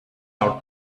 out